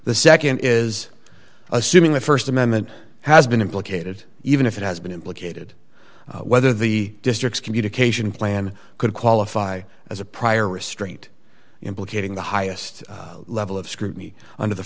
the nd is assuming the st amendment has been implicated even if it has been implicated whether the district's communication plan could qualify as a prior restraint implicating the highest level of scrutiny under